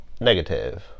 negative